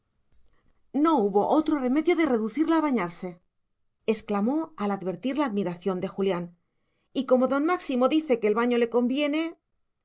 no hubo otro medio de reducirla a bañarse exclamó al advertir la admiración de julián y como don máximo dice que el baño le conviene